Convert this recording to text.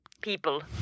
People